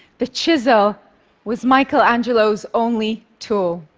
the chisel was michelangelo's only tool.